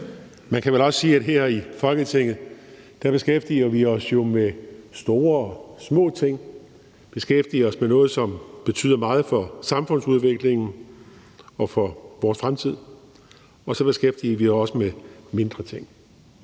Man kan vel også sige, at her i Folketinget beskæftiger vi os jo med store og små ting. Vi beskæftiger os med noget, som betyder meget for samfundsudviklingen og for vores fremtid, og så beskæftiger vi os også med mindre ting.